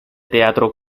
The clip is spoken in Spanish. teatro